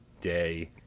day